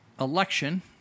election